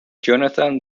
jonathan